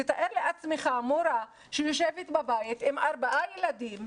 תאר לעצמך מורה שיושבת בבית עם ארבעה ילדים,